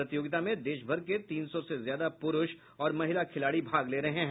प्रतियोगिता में देश भर के तीन सौ से ज्यादा पुरूष और महिला खिलाड़ी भाग ले रहे हैं